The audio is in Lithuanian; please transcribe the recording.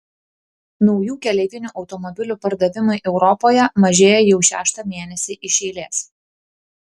naujų keleivinių automobilių pardavimai europoje mažėja jau šeštą mėnesį ši eilės